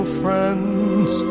friends